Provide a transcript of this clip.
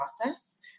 process